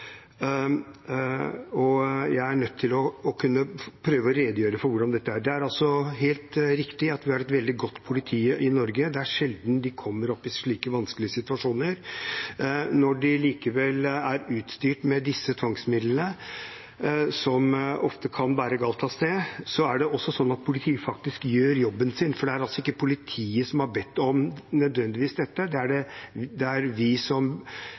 og jeg er nødt til å prøve å redegjøre for hvordan dette er: Det er helt riktig at vi har et veldig godt politi i Norge. Det er sjelden de kommer opp i slike vanskelige situasjoner. Når de likevel er utstyrt med disse tvangsmidlene, som ofte kan bære galt av sted, er det også sånn at politiet faktisk gjør jobben sin, for det er ikke nødvendigvis politiet som har bedt om dette, det er vi som lovgivende myndighet som